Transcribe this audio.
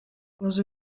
les